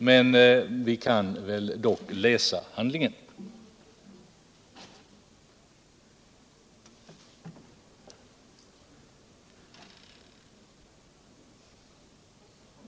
Men det går ju att läsa handlingen i fråga.